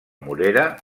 morera